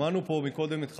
שמענו פה קודם את חבריי,